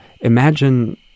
imagine